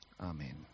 Amen